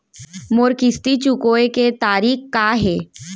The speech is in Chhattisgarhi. मोर किस्ती चुकोय के तारीक का हे?